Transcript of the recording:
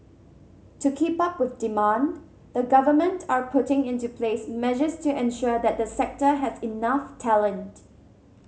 to keep up with demand the government are putting into place measures to ensure that the sector has enough talent